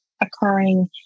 occurring